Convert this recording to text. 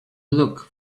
look